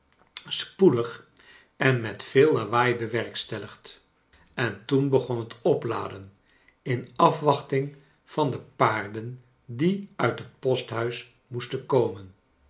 spoedig en met veel lawaai bewerkstelligd en toen begon het opladen in afwachting van de paarden die uit het posthuis moest en komen